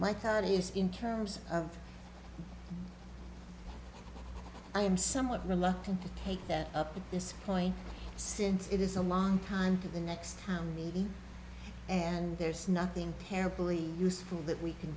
thought is in terms of i am somewhat reluctant to take that up at this point since it is i'm on time to the next town meeting and there's nothing terribly useful that we can